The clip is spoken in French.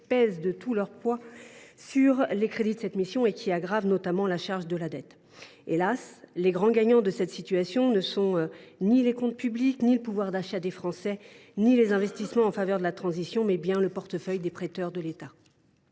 de tout leur poids sur les crédits de cette mission et aggravent, notamment, la charge de la dette. Hélas ! les grands gagnants de cette situation ne sont ni les comptes publics, ni le pouvoir d’achat des Français, ni les investissements en faveur de la transition, mais bien le portefeuille des prêteurs de l’État.